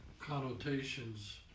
connotations